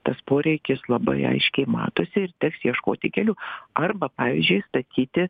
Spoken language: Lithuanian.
tas poreikis labai aiškiai matosi ir teks ieškoti kelių arba pavyzdžiui statyti